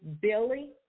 Billy